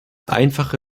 einfache